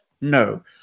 No